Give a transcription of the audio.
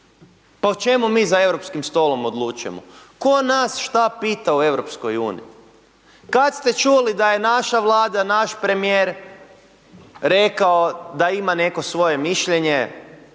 pa o čemu mi za europskim stolom odlučujemo, tko nas šta pita od EU, kad ste čuli da je naša Vlada, naš premijer rekao da ima neko svoje mišljenje